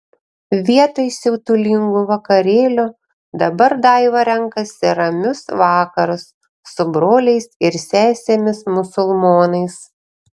vietoj siautulingų vakarėlių dabar daiva renkasi ramius vakarus su broliais ir sesėmis musulmonais